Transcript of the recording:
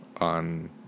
on